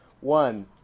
One